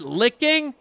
licking